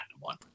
one